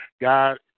God